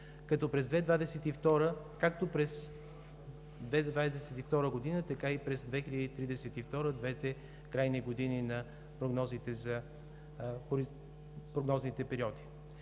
както през 2022 г., така и през 2032 г. – двете крайни години на прогнозните периоди.